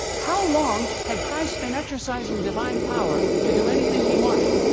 how long had christ been exercising divine power to do anything he wanted?